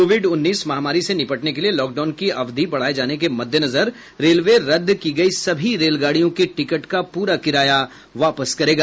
Covid उन्नीस महामारी से निपटने के लिए लॉकडाउन की अवधि बढ़ाये जाने के मद्देनजर रेलवे रद्द की गई सभी रेलगाडियों के टिकट का पूरा किराया वापस करेगा